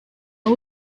aho